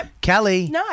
Kelly